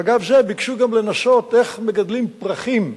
ואגב זה ביקשו גם לנסות, איך מגדלים פרחים בנגב.